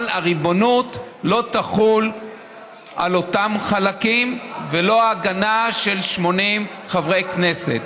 אבל הריבונות לא תחול על אותם חלקים ולא ההגנה של 80 חברי כנסת.